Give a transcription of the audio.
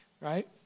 right